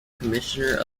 commissioner